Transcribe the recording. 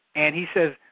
and he said,